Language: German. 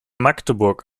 magdeburg